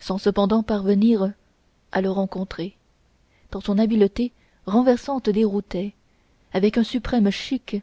sans cependant parvenir à le rencontrer tant son habileté renversante déroutait avec un suprême chic